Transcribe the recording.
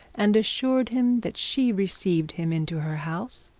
and assured him that she received him into her house,